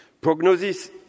Prognosis